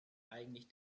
eigentlich